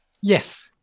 Yes